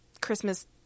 Christmas